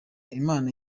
imana